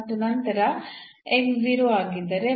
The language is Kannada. ಅಂದರೆ ಎಂಬುದು 0 ಮತ್ತು ಇದರ ಜೊತೆಗೆ ಎಂಬುದು 0 ಆಗಿರಬೇಕು